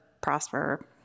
prosper